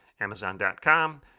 Amazon.com